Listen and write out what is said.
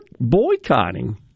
boycotting